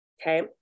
Okay